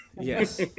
yes